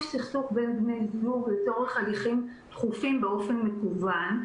סכסוך בין בני זוג לצורך הליכים דחופים באופן מקוון.